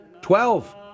Twelve